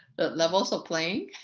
the levels of playing?